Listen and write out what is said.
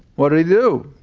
what did he do?